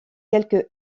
quelques